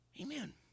Amen